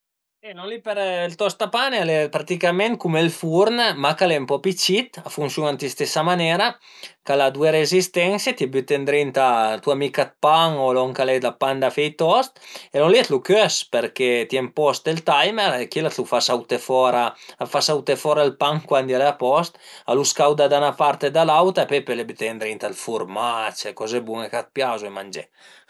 E lon li ël tostapane al e praticament cum ël furn, ma ch'al e ën po pi cit, a funsiun-a ën la stesa manera, ch'al a due rezistense, t'ie büte ëndrinta tua mica d'pan o lon ch'al e, dë pan da fe i toast e lon li a t'lu cös përché t'ie emposte ël timer e chila a t'lu fa sauté fora, a fa sauté fora ël pan cuandi al e a post, a lu scauda da üna part e da l'auta e pöi pöle büteie ëndrinta ël furmac e coze bun-e ch'a t'piazu e mangé